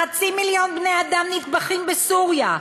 חצי מיליון בני-אדם נטבחים בסוריה,